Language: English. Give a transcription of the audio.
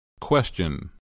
Question